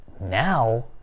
now